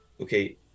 okay